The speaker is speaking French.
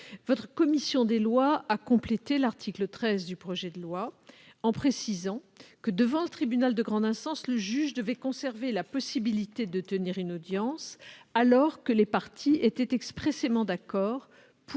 La commission des lois a complété l'article 13 du projet de loi, en précisant que, devant le tribunal de grande instance, le juge devait conserver la possibilité de tenir une audience alors que les parties étaient expressément d'accord pour